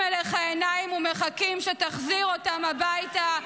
אליך עיניים ומחכים שתחזיר אותם הביתה,